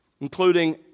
including